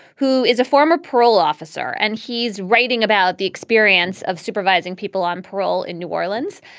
who is a former parole officer. and he's writing about the experience of supervising people on parole in new orleans.